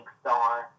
star